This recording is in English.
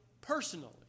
personally